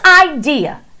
idea